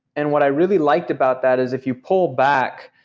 and what i really liked about that is if you pull back,